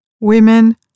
women